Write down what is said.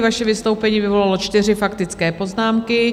Vaše vystoupení vyvolalo čtyři faktické poznámky.